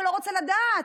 שלא רוצה לדעת,